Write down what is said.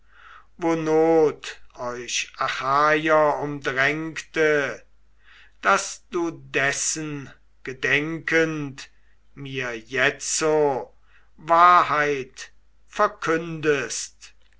euch achaier umdrängte daß du dessen gedenkend mir jetzo wahrheit verkündest